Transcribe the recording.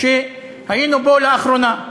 שהיינו בו לאחרונה.